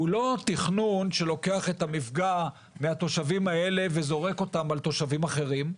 הוא לא תכנון שלוקח את המפגע מהתושבים האלה וזורק אותם על תושבים אחרים.